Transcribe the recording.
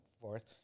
forth